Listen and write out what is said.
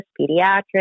pediatrics